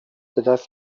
بدست